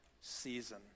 season